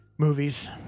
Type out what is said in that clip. Movies